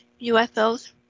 UFOs